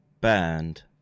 burned